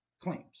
claims